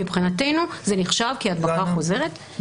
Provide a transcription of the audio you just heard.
מבחינתנו זה נחשב כהדבקה חוזרת,